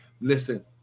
Listen